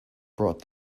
brought